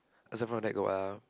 except from that got what ah